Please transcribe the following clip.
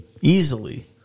easily